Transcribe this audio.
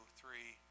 three